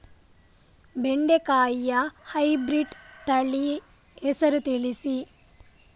ಬೆಂಡೆಕಾಯಿಯ ಹೈಬ್ರಿಡ್ ತಳಿ ಹೆಸರು ತಿಳಿಸಿ?